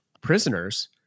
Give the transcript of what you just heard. Prisoners